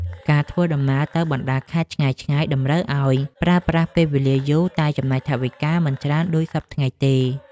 ការធ្វើដំណើរទៅបណ្តាខេត្តឆ្ងាយៗតម្រូវឱ្យប្រើប្រាស់ពេលវេលាយូរតែចំណាយថវិកាមិនច្រើនដូចសព្វថ្ងៃទេ។